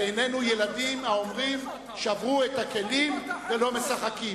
ואיננו ילדים האומרים: שברו את הכלים ולא משחקים.